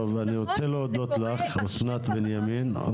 טוב אני רוצה להודות לך אסנת בנימין.